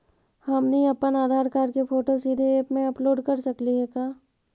हमनी अप्पन आधार कार्ड के फोटो सीधे ऐप में अपलोड कर सकली हे का?